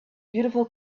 beautiful